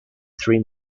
three